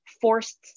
forced